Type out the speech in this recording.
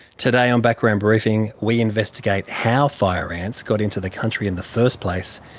today on background briefing we investigate how fire ants got into the country in the first place,